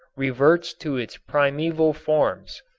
reverts to its primeval forms.